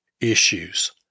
issues